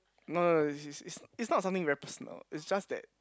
no no no is is is is not something very personal it's just that